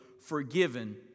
forgiven